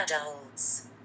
adults